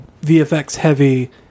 VFX-heavy